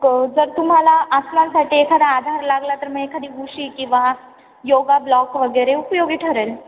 क जर तुम्हाला आसनांसाठी एखादा आधार लागला तर मग एखादी उशी किंवा योगा ब्लॉक वगैरे उपयोगी ठरेल